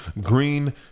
green